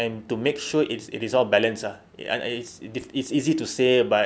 and to make sure it's it is well-balanced ah ya and it's it's easy to say but